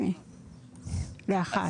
8,000 לאחת.